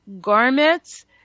garments